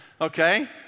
Okay